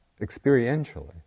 experientially